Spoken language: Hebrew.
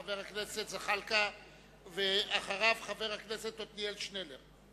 חבר הכנסת זחאלקה, ואחריו, חבר הכנסת עתניאל שנלר.